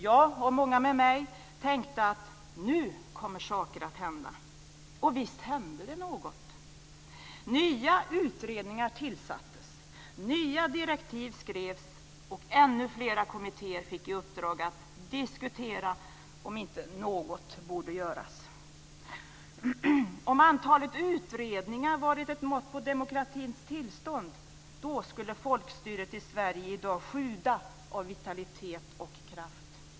Jag och många med mig tänkte: Nu kommer saker att hända. Och visst hände det något. Nya utredningar tillsattes, nya direktiv skrevs och ännu flera kommittéer fick i uppdrag att diskutera om inte något borde göras. Om antalet utredningar hade varit ett mått på demokratins tillstånd, skulle folkstyret i Sverige i dag sjuda av vitalitet och kraft.